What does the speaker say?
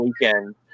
weekend